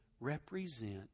represent